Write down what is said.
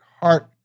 heart